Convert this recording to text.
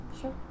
Sure